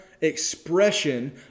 expression